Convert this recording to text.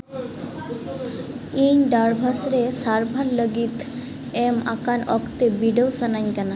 ᱤᱧ ᱰᱤᱥᱟᱨᱴ ᱨᱮ ᱥᱟᱨᱵᱷᱟᱨ ᱞᱟᱹᱜᱤᱫ ᱮᱢ ᱟᱠᱟᱱ ᱚᱠᱛᱮ ᱵᱤᱰᱟᱹᱣ ᱥᱟᱱᱟᱧ ᱠᱟᱱᱟ